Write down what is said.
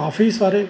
काफी सारे